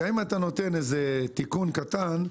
גם אם אתה נותן איזה תיקון קטן,